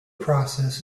process